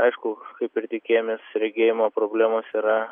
aišku kaip ir tikėjomės regėjimo problemos yra